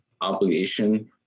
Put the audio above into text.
obligation